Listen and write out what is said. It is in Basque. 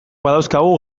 badauzkagu